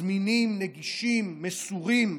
הם זמינים, נגישים, מסורים.